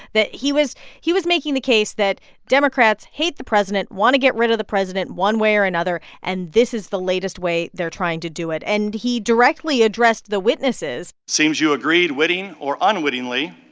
that he was he was making the case that democrats hate the president, want to get rid of the president one way or another. and this is the latest way they're trying to do it. and he directly addressed the witnesses seems you agreed, witting or unwittingly,